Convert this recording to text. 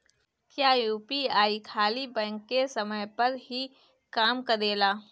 क्या यू.पी.आई खाली बैंक के समय पर ही काम करेला?